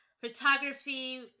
photography